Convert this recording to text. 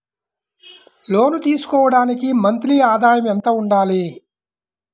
లోను తీసుకోవడానికి మంత్లీ ఆదాయము ఎంత ఉండాలి?